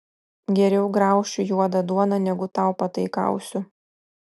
geriau graušiu juodą duoną negu tau pataikausiu